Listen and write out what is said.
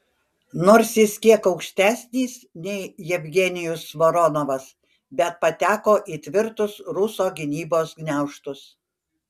nors jis kiek aukštesnis nei jevgenijus voronovas bet pateko į tvirtus ruso gynybos gniaužtus